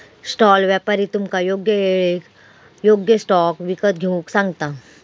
stall व्यापारी तुमका योग्य येळेर योग्य स्टॉक विकत घेऊक सांगता